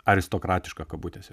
aristokratiška kabutėse